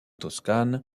toscane